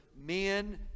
Men